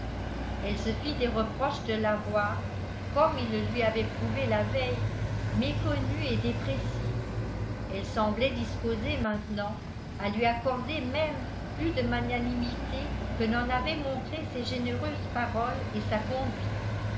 elle se fit des reproches de lavoir comme il le lui avait prouvé la veille méconnu et déprécié elle semblait disposée maintenant à lui accorder même plus de magnanimité que n'en avaient montré ses généreuses paroles et sa conduite